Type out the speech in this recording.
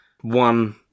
one